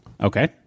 Okay